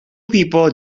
people